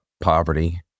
poverty